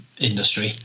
industry